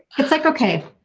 it's like okay,